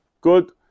Good